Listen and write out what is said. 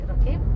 okay